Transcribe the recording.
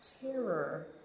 terror